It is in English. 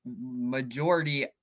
majority